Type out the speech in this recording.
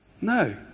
No